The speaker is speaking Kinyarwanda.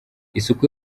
isuku